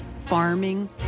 farming